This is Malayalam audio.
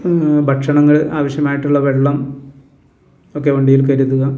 ഭക്ഷണങ്ങൾ ആവശ്യമായിട്ടുള്ള വെള്ളം ഒക്കെ വണ്ടിയിൽ കരുതുക